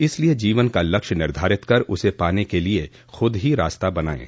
इसलिए जीवन का लक्ष्य निर्धारित कर उसे पाने के लिए खूद ही रास्ता बनायें